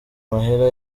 mahera